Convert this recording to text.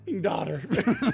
daughter